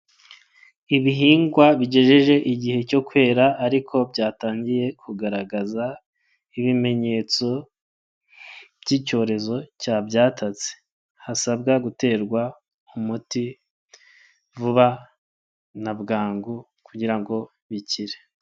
Ibihingwa bigejeje igihe cyo kwera, ariko byatangiye kugaragaza ibimenyetso by'icyorezo cya byatatse, hasabwa guterwa umuti vuba na bwangu kugira ngo bikire.